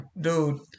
Dude